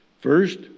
First